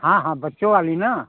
हाँ हाँ बच्चो वाली ना